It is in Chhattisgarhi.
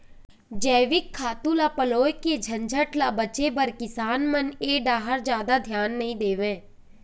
जइविक खातू ल पलोए के झंझट ल बाचे बर किसान मन ए डाहर जादा धियान नइ देवय